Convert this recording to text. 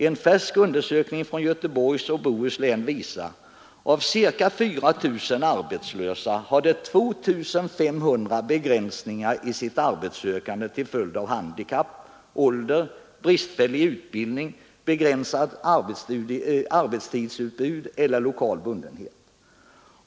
En färsk undersökning från Göteborg och Bohus län visar att av ca 4 000 arbetslösa hade 2 500 begränsningar i sitt arbetssökande till följd av handikapp, ålder, bristfällig utbildning, begränsat arbetstidsutbud eller lokal bundenhet.